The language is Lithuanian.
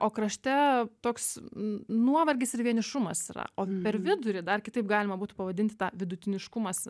o krašte toks nuovargis ir vienišumas yra o per vidurį dar kitaip galima būtų pavadinti tą vidutiniškumas